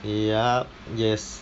ya yes